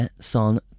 son